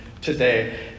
today